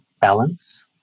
balance